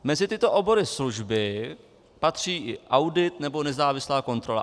Mezi tyto obory služby patří i audit nebo nezávislá kontrola.